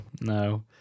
no